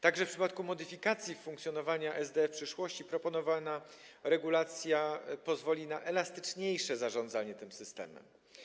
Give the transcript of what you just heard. Także w przypadku modyfikacji funkcjonowania SDE w przyszłości proponowana regulacja pozwoli na elastyczniejsze zarządzanie tym systemem.